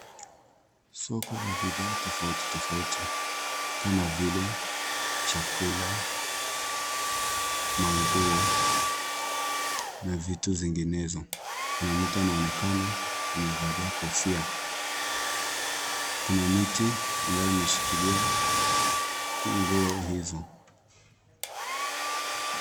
Soko la bidhaa tofauti tofauti kama vile chakula na nguo na vitu zinginezo. Kuna mtu anaonekana amevalia kofia. Kuna miti ambayo imeshikilia nguo hizo.